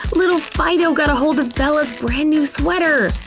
little fido got a hold of bella's brand new sweater!